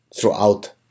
throughout